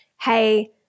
hey